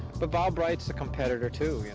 but bob bright's a competitor too, you